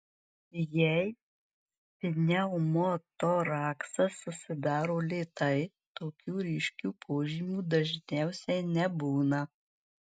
jei pneumotoraksas susidaro lėtai tokių ryškių požymių dažniausiai nebūna